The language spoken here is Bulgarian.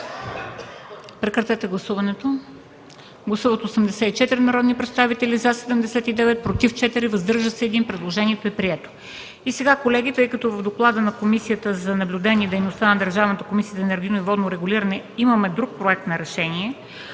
предложения. Гласували 84 народни представители: за 79, против 4, въздържал се 1. Предложението е прието. Колеги, тъй като в доклада на комисията за наблюдение дейността на Държавната комисия за енергийно и водно регулиране има друг проект за решение,